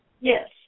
Yes